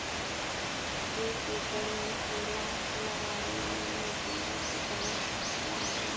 एक एकड़ में केला लगावे में मजदूरी कितना लागी?